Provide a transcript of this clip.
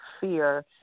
fear